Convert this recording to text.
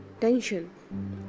tension